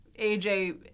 AJ